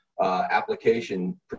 application